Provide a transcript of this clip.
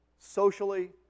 socially